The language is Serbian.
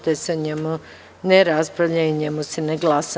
Te se o njemu ne raspravlja i o njemu se ne glasa.